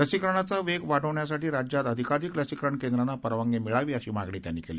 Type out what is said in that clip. लसीकरणाचा वेग वाढवण्यासाठी राज्यात अधिकाधिक लसीकरण केंद्रांना परवानगी मिळावी अशी मागणी त्यांनी केली